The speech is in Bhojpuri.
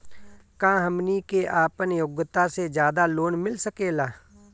का हमनी के आपन योग्यता से ज्यादा लोन मिल सकेला?